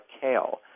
kale